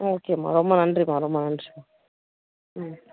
ஓகேம்மா ரொம்ப நன்றிம்மா ரொம்ப நன்றிம்மா ம்